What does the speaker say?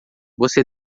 você